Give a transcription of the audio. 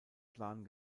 plan